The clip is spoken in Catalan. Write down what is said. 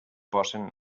posen